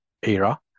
Era